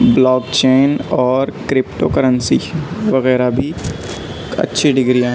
block چین اور cryptocurrency وغیرہ بھی اچھی ڈگریاں